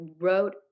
wrote